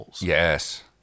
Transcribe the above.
Yes